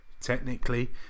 technically